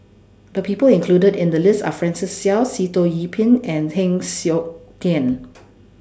The People included in The list Are Francis Seow Sitoh Yih Pin and Heng Siok Tian